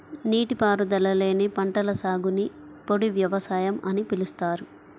నీటిపారుదల లేని పంటల సాగుని పొడి వ్యవసాయం అని పిలుస్తారు